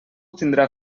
tindrà